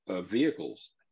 vehicles